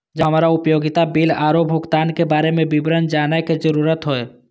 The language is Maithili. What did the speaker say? जब हमरा उपयोगिता बिल आरो भुगतान के बारे में विवरण जानय के जरुरत होय?